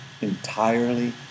entirely